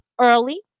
early